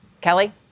Kelly